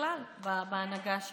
ובכלל בהנהגה שלו.